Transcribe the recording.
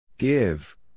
Give